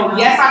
yes